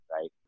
right